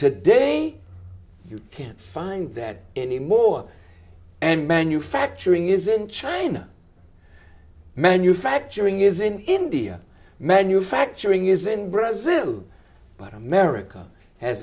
today you can find that anymore and manufacturing is in china manufacturing is in india manufacturing is in brazil but america has